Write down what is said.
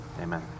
Amen